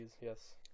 yes